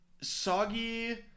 soggy